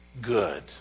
good